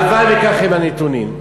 הלוואי שכך הם הנתונים.